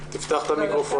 בוקר טוב